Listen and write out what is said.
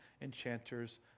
enchanters